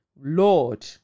Lord